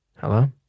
Hello